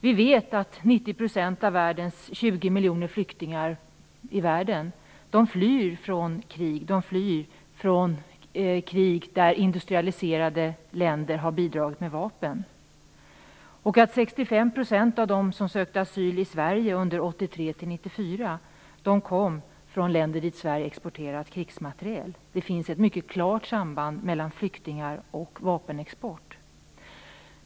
Vi vet att 90 % av världens 20 miljoner flyktingar flyr från krig där industrialiserade länder har bidragit med vapen. 65 % kom från länder dit Sverige exporterat krigsmateriel. Det finns ett mycket klart samband mellan flyktingar och vapenexport.